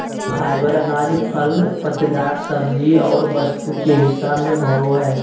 fibre अनाज, फल पत्तेदार सब्जी और वस्तु के हिस्सा में होबो हइ